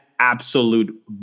absolute